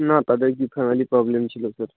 না তাদের কি ফ্যামিলি প্রব্লেম ছিলো স্যার